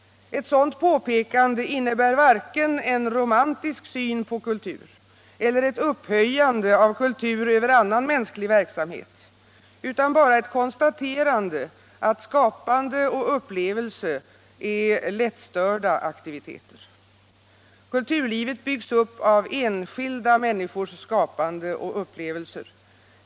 Ett sådant påpekande innebär varken en romantisk syn på kultur eller ett upphöjande av kultur över annan mänsklig verksamhet utan bara ett konstaterande att skapande och upplevelse är lättstörda aktiviteter. Kulturlivet byggs upp av enskilda människors skapande och upplevelser.